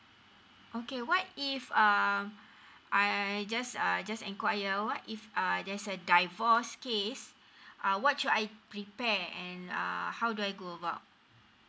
okay what if um I I I just I just inquire what if uh there's a divorce case uh what should I prepare and err how do I go about